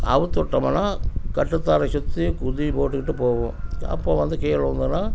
அவுழ்த்து விட்டோமுனா கட்டுத்தாரையை சுற்றி குதி போட்டுக்கிட்டுப் போகும் அப்போது வந்து கீழே விழுந்துதுன்னா